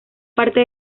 parte